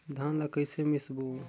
धान ला कइसे मिसबो?